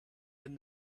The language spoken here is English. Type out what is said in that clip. and